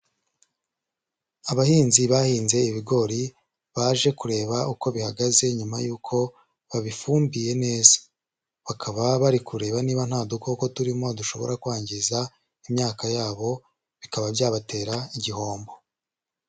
Abahinzi bahinze ibigori baje kureba uko bihagaze nyuma y'uko babifumbiye neza, bakaba bari kureba niba nta dukoko turimo dushobora kwangiza imyaka yabo bikaba byabatera igihombo.